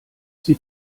sie